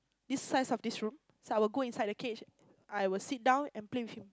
this size of this room so I will go inside the cage I will sit down and play with him